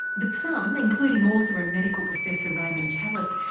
but some, including author and medical professor raymond tallis,